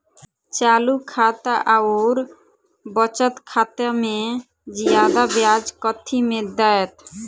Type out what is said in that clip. चालू खाता आओर बचत खातामे जियादा ब्याज कथी मे दैत?